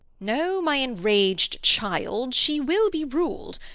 no, my enraged child she will be ruled.